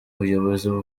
bayobozi